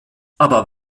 aber